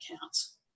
counts